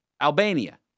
Albania